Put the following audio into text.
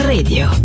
Radio